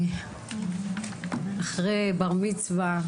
אחרי בר מצווה,